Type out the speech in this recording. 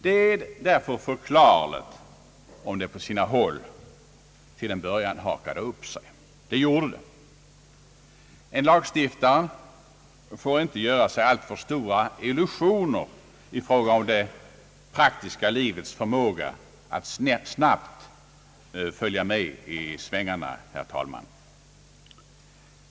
Det är därför förklarligt om det på sina håll till en början hakade upp sig — det gjorde det. En lagstiftare får inte göra sig alltför stora illusioner i fråga om det praktiska livets förmåga att snabbt följa med i svängarna, herr talman.